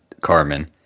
Carmen